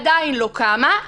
מנהלת עדיין לא קמה,